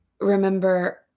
remember